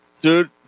Dude